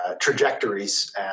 trajectories